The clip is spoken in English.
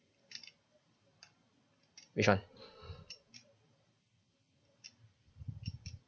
which [one]